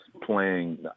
playing